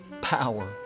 power